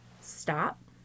stop